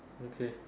okay